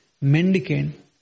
mendicant